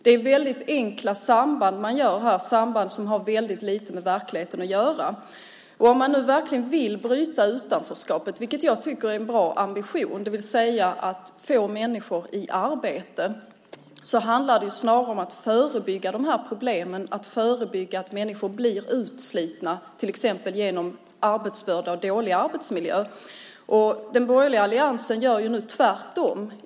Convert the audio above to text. Det är väldigt enkla samband här, samband som har väldigt lite med verkligheten att göra. Om man verkligen vill bryta utanförskapet, det vill säga att få människor i arbete, vilket jag tycker är en bra ambition, handlar det snarare om att förebygga problemen, att förebygga att människor blir utslitna, till exempel genom tung arbetsbörda och dålig arbetsmiljö. Den borgerliga alliansen gör nu tvärtom.